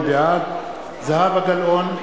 בעד זהבה גלאון,